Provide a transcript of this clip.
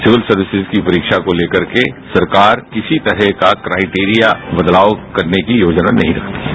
civil services की परीक्षा को लेकरके सरकार किसी तरह का क्राइटेरिया बदलाव करने की योजना नहीं रखती है